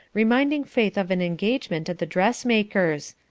reminding faith of an engagement at the dressmaker's.